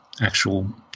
actual